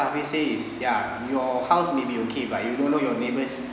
hafiz say is ya your house maybe okay but you don't know your neighbours